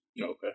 Okay